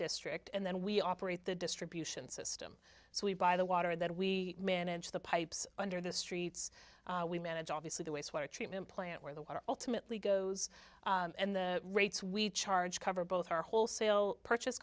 district and then we operate the distribution system so we buy the water that we manage the pipes under the streets we manage obviously the wastewater treatment plant where the water ultimately goes and the rates we charge cover both our wholesale purchase